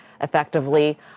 effectively